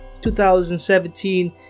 2017